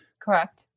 correct